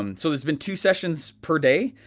um so there's been two sessions per day.